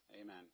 Amen